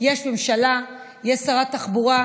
יש ממשלה, יש שרת תחבורה,